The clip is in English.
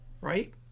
right